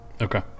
okay